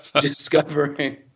discovering